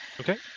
Okay